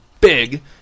big